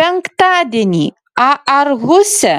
penktadienį aarhuse